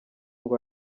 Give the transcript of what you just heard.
ngo